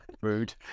Rude